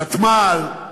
ותמ"ל,